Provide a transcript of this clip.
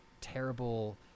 terrible